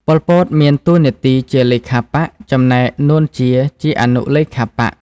ប៉ុល ពត មានតួនាទីជាលេខាបក្ស ចំណែក នួន ជា ជាអនុលេខាបក្ស។